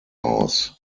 aus